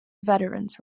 veterans